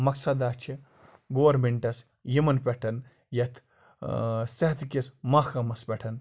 مَقصداہ چھِ گورمٮ۪نٛٹَس یِمَن پٮ۪ٹھ یَتھ صَحتکِس محکَمَس پٮ۪ٹھ